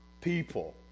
people